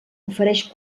ofereix